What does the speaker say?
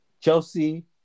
Chelsea